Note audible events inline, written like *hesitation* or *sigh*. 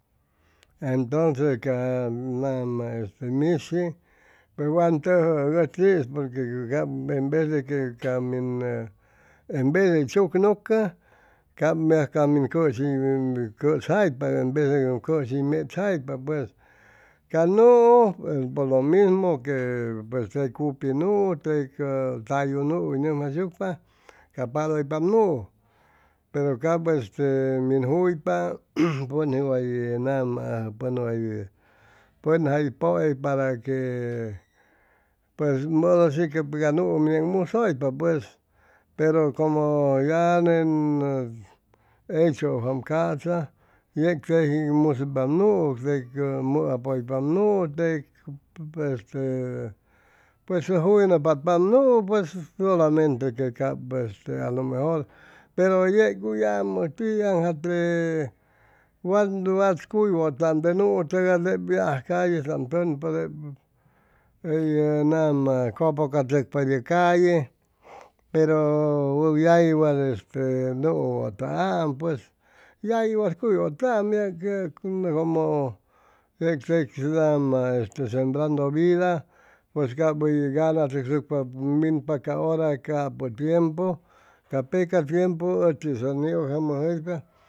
Entoncs ca nama mishi pʉj wan tʉjʉʉ ʉchii porque cap enves de que ca min ʉ enves ey h chuk cap maj ca min cʉshi hʉy cʉsjaypa enves de cam cʉshi hʉy mechjaypa ca nuu por lo mimo que pues tey cupi nuu tey ca tallu nuu hʉy nʉmjayshucpa cap padʉypap nuu pero cap este min juyp pʉn'is way nama pʉn way pʉn jay pʉe para que pues hora shi que ca nuu musʉypa pues pero como ya nen eychu ajwam ca'sa yeg teji musʉypap nuu tec te mʉa pʉypap nuu tei te este ca juyʉnʉ patpa nuu pus solamente que cap este alomejor pero yeg yamʉ tiaŋjate wat wat cuy wʉtam te nuu tʉgay tepi aj callestam tʉnpa tep hʉyʉ nama cʉpʉcachʉcpa ye calla pero yagui wat nuu wʉtajaam pues yagui wat cuy wʉtaam *hesitation* yec tep nama sembrando vida pues cap hʉy ganachʉcsucpa minpa ca hora capʉ tiempu ca peca tiempu ʉchis ʉn niugjamʉjʉypa